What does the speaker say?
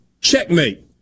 checkmate